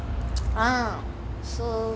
ah so